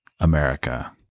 America